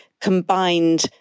combined